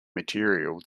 material